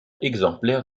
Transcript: exemplaire